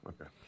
Okay